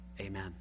Amen